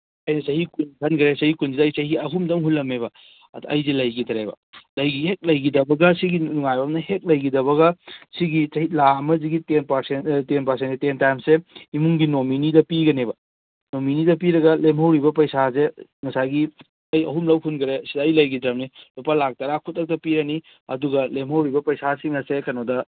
ꯑꯩꯅ ꯆꯍꯤ ꯀꯨꯟ ꯈꯟꯈ꯭ꯔꯦ ꯆꯍꯤ ꯀꯨꯟꯁꯤꯗ ꯑꯩ ꯆꯍꯤ ꯑꯍꯨꯝ ꯈꯛꯇꯪ ꯍꯨꯜꯂꯝꯃꯦꯕ ꯑꯗꯨ ꯑꯩꯁꯦ ꯂꯩꯈꯤꯗ꯭ꯔꯦꯕ ꯍꯦꯛ ꯂꯩꯈꯤꯗꯕꯒ ꯁꯤꯒꯤ ꯅꯨꯡꯉꯥꯏꯕ ꯑꯃꯅ ꯍꯦꯛ ꯂꯩꯈꯤꯗꯕꯒ ꯁꯤꯒꯤ ꯂꯥꯈ ꯑꯃꯁꯤꯒꯤ ꯇꯦꯟ ꯄꯥꯔꯁꯦꯟ ꯇꯦꯟ ꯄꯥꯔꯁꯦꯟ ꯅꯠꯇꯦ ꯇꯦꯟ ꯇꯥꯏꯝꯁꯁꯦ ꯏꯃꯨꯡꯒꯤ ꯅꯣꯃꯤꯅꯤꯗ ꯄꯤꯒꯅꯦꯕ ꯅꯣꯃꯤꯅꯤꯗ ꯄꯤꯔꯒ ꯂꯦꯝꯍꯧꯔꯤꯕ ꯄꯩꯁꯥꯁꯦ ꯉꯁꯥꯏꯒꯤ ꯆꯍꯤ ꯑꯍꯨꯝꯂꯛ ꯍꯨꯟꯈ꯭ꯔꯦ ꯁꯤꯗ ꯑꯩ ꯂꯩꯈꯤꯗ꯭ꯔꯕꯅꯤ ꯂꯨꯄꯥ ꯂꯥꯈ ꯇꯔꯥ ꯈꯨꯗꯛꯇ ꯄꯤꯔꯅꯤ ꯑꯗꯨꯒ ꯂꯦꯝꯍꯧꯔꯤꯕ ꯄꯩꯁꯥꯁꯤꯡ ꯑꯁꯦ ꯀꯩꯅꯣꯗ